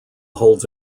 holds